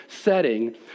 setting